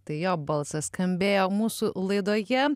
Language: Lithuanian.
tai jo balsas skambėjo mūsų laidoje